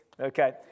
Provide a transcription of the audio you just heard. okay